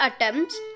attempts